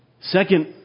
Second